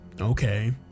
okay